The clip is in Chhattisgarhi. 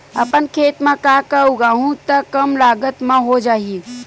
अपन खेत म का का उगांहु त कम लागत म हो जाही?